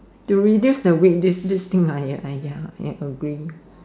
to reduce the weight this this thing ah !aiya! I agree